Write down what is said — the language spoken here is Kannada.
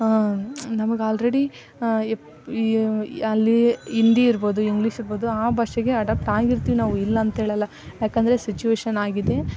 ನಮಗೆ ಆಲ್ರೆಡಿ ಅಲ್ಲಿ ಹಿಂದಿ ಇರ್ಬೋದು ಇಂಗ್ಲೀಷ್ ಇರ್ಬೋದು ಆ ಭಾಷೆಗೆ ಅಡಪ್ಟ್ ಆಗಿರ್ತೀವಿ ನಾವು ಇಲ್ಲ ಅಂತ ಹೇಳಲ್ಲ ಏಕಂದ್ರೆ ಸಿಚುವೇಶನ್ ಆಗಿದೆ